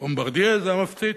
"בומברדיה" זה "המפציץ".